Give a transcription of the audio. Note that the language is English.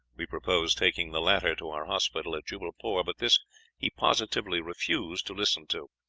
we proposed taking the latter to our hospital at jubbalpore, but this he positively refused to listen to.